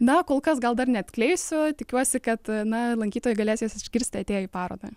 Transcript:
na kol kas gal dar neatskleisiu tikiuosi kad na lankytojai galės jas išgirsti atėję į parodą